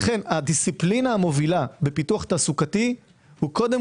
הדיסציפלינה המובילה בפיתוח תעסוקתי הוא קודם